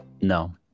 No